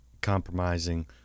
Compromising